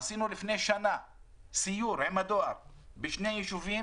עשינו לפני שנה סיור עם הדואר בשני יישובים